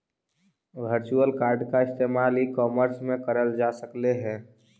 virtual card का इस्तेमाल e commerce में करल जा सकलई हे